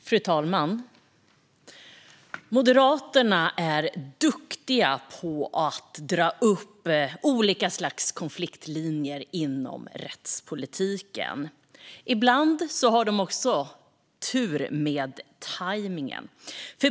Fru talman! Moderaterna är duktiga på att dra upp olika slags konfliktlinjer inom rättspolitiken. Ibland har de också tur med tajmningen.